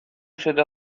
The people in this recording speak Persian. شده